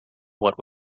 what